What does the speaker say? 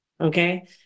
okay